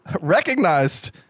recognized